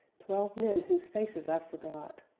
twelve men whose faces i forgot.